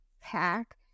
pack